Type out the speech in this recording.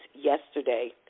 yesterday